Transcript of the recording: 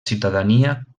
ciutadania